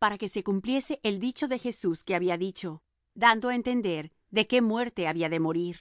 para que se cumpliese el dicho de jesús que había dicho dando á entender de qué muerte había de morir